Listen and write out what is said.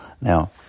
Now